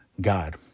God